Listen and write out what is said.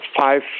five